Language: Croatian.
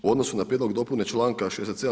U odnosu na prijedlog dopune članka 67.